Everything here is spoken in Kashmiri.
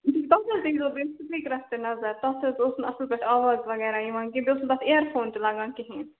تتھ حظ دیٖزیٚو بیٚیہِ سُپیٖکرَس تہِ نظر تَتھ حظ اوس نہٕ اَصٕل پٲٹھۍ آواز وغیرہ یِوان کیٚنٛہہ بیٚیہِ اوس نہٕ تتھ اییَر فون تہِ لگان کہیٖنٛۍ